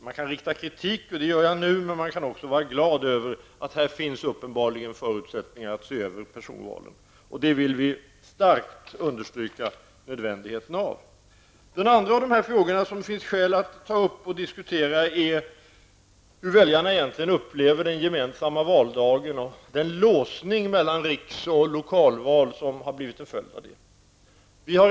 Man kan framföra kritik, och det gör jag nu, men man kan också vara glad över att det uppenbarligen finns förutsättningar att se över frågan om personval, och det vill vi starkt understryka nödvändigheten av. Den andra av de frågor som det finns skäl att ta upp och diskutera är hur väljarna egentligen upplever den gemensamma valdagen och den låsning mellan riks och lokalval som har blivit följden.